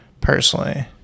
personally